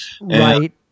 Right